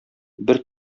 бер